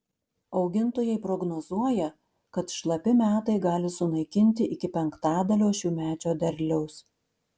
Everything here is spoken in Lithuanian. augintojai prognozuoja kad šlapi metai gali sunaikinti iki penktadalio šiųmečio derliaus